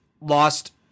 lost